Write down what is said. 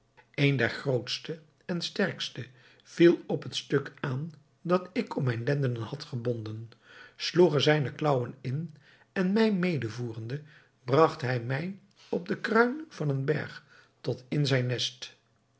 een der grootste en sterkste viel op het stuk aan dat ik om mijne lendenen had gebonden sloeg er zijne klaauwen in en mij medevoerende bragt hij mij op den kruin van een berg tot in zijn nest